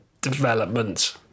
development